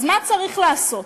אז מה צריך לעשות?